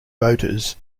voters